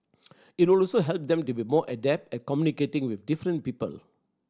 it would also help them to be more adept at communicating with different people